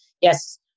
yes